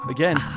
Again